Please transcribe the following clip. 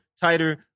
tighter